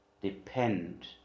depend